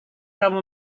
kamu